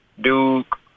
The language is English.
Duke